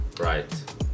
right